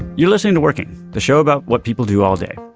you're listening to working the show about what people do all day.